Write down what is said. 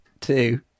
two